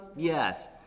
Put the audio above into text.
Yes